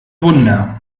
wunder